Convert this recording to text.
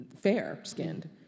fair-skinned